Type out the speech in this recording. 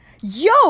Yo